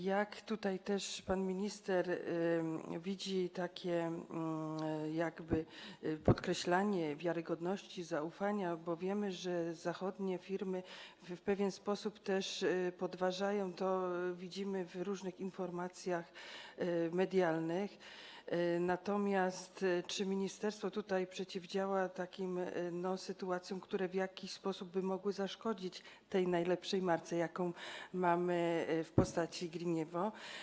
Jak tutaj też pan minister widzi podkreślanie wiarygodności, zaufania, bo wiemy, że zachodnie firmy w pewien sposób to podważają, co widzimy w różnych informacjach medialnych, i czy ministerstwo przeciwdziała takim sytuacjom, które w jakiś sposób by mogły zaszkodzić tej najlepszej marce, jaką mamy w postaci GreenEvo?